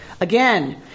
again